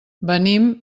venim